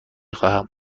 خواهم